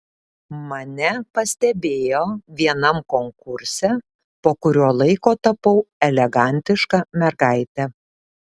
mane pastebėjo vienam konkurse po kurio laiko tapau elegantiška mergaite